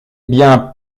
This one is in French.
bien